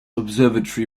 observatory